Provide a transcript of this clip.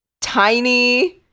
tiny